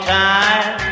time